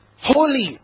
Holy